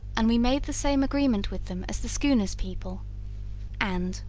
and we made the same agreement with them as the schooner's people and,